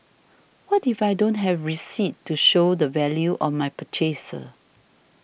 what if I don't have receipts to show the value of my purchases